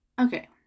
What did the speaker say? Okay